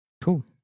Cool